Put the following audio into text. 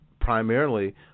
primarily